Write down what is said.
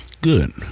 Good